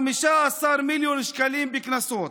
15 מיליון שקלים בקנסות,